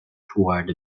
toward